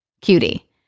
cutie